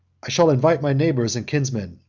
i shall invite my neighbors and kinsmen.